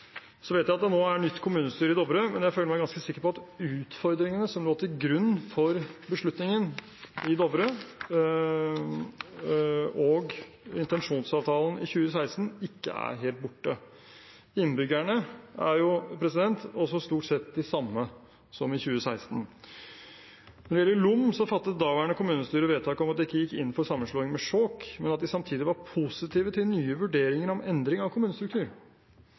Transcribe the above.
Så vet jeg at det nå er nytt kommunestyre i Dovre, men jeg føler meg ganske sikker på at utfordringene som lå til grunn for beslutningen i Dovre, og intensjonsavtalen i 2016 ikke er helt borte. Innbyggerne er også stort sett de samme som i 2016. Når det gjelder Lom, fattet daværende kommunestyre vedtak om at de ikke gikk inn for sammenslåing med Skjåk, men at de samtidig var positive til nye vurderinger om endring av kommunestruktur.